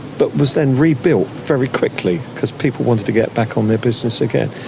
but was then rebuilt very quickly, because people wanted to get back on their business again.